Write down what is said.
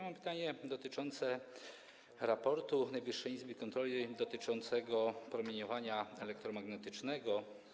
Mam pytanie o raport Najwyższej Izby Kontroli dotyczący promieniowania elektromagnetycznego.